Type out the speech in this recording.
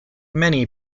many